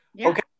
Okay